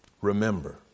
Remember